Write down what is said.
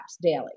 daily